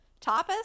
Tapas